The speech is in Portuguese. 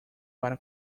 para